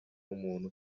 umuntu